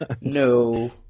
No